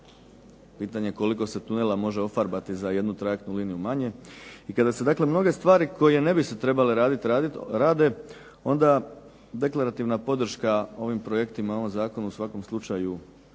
Pitanje je koliko se tunela može ofarbati za jednu trajektnu liniju manje i kada se, dakle mnoge stvari koje ne bi se trebale raditi rade, onda deklarativna podrška ovim projektima, ovom zakonu u svakom slučaju